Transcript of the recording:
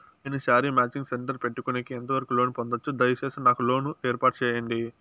నేను sari matching centre పెట్టుకునేకి ఎంత వరకు లోను పొందొచ్చు? దయసేసి నాకు లోను ఏర్పాటు సేయండి?